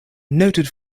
noted